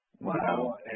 Wow